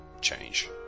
change